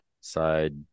side